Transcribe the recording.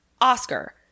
Oscar